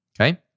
okay